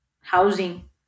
housing